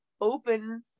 open